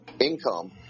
income